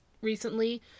recently